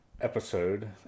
episode